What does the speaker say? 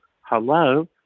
Hello